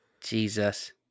Jesus